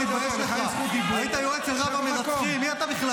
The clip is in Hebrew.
תעצור את הזמן, אני לא יכול ככה.